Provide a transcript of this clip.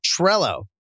Trello